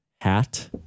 hat